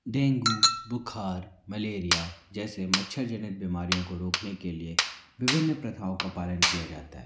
dengue बुख़ार malaria जैसे मच्छरजनक बीमारियों को रोकने के लिए विभिन्न प्रथाओं का पालन किया जाता है